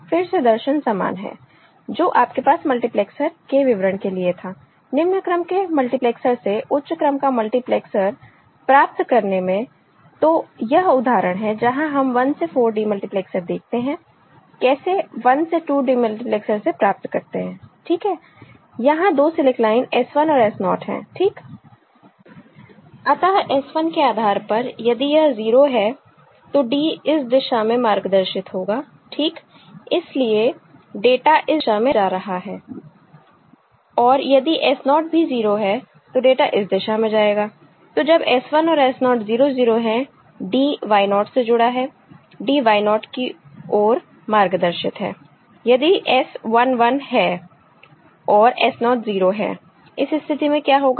फिर से दर्शन समान है जो आपके पास मल्टीप्लेक्सर के विवरण के लिए था निम्न क्रम के मल्टीप्लैक्सर से उच्च क्रम का मल्टीप्लेक्सर प्राप्त करने में तो यह उदाहरण है जहां हम 1 से 4 डिमल्टीप्लेक्सर देखते हैं कैसे 1 से 2 डिमल्टीप्लेक्सर से प्राप्त करते हैं ठीक है यहां दो सिलेक्ट लाइन S 1 और S naught है ठीक अतः S 1 के आधार पर यदि यह 0 है तो D इस दिशा में मार्गदर्शित होगा ठीक इसलिए डाटा इस दिशा में जा रहा है और यदि S naught भी 0 है तो डाटा इस दिशा में जाएगा तो जब S1 SO 0 0 हैं D Y naught से जुड़ा है D Y naught की ओर मार्गदर्शित है यदि S 1 1 है और S naught 0 है इस स्थिति में क्या होगा